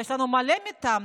יש לנו מלא מטעם,